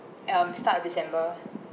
at um the start of december